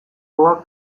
gogoak